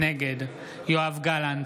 נגד יואב גלנט,